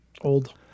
old